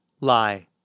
Lie